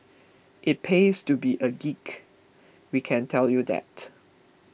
it pays to be a geek we can tell you that